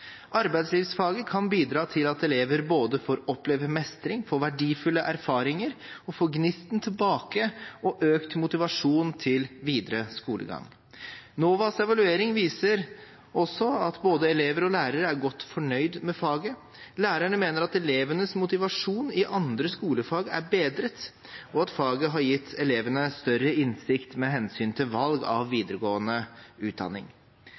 Arbeidslivsfaget kan bidra til at elever både får oppleve mestring, får verdifulle erfaringer og får gnisten tilbake og økt motivasjon til videre skolegang. NOVAs evaluering viser også at både elever og lærere er godt fornøyd med faget. Lærerne mener at elevenes motivasjon i andre skolefag er bedret, og at faget har gitt elevene større innsikt med hensyn til valg av videregående utdanning.